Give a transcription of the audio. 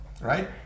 right